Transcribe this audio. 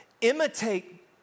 imitate